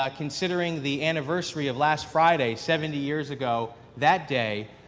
ah considering the anniversary of last friday, seven years ago, that day,